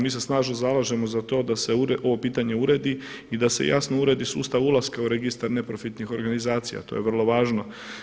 Mi se snažno zalažemo za to da se ovo pitanje uredi i da se jasno uredi sustav ulaska u registar neprofitnih organizacija, to je vrlo važno.